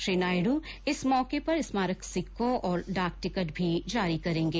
श्री नायड् इस मौके पर स्मारक सिक्को और डाक टिकट भी जारी करेंगे